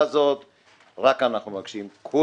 כי יש שם הערות שלא קיבלו שום מענה,